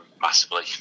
massively